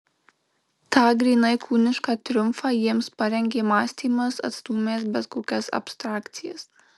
tą grynai kūnišką triumfą jiems parengė mąstymas atstūmęs bet kokias abstrakcijas